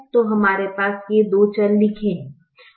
तो हमारे पास ये दो चर लिखे है